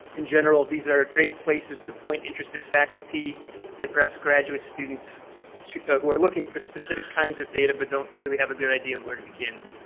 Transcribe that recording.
in general these are great places to point interested faculty and perhaps graduate students who are looking for specific kinds of data, but don't really have a good idea of where to begin.